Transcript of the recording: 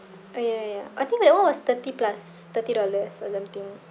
oh ya ya ya I think that one was thirty plus thirty dollars or something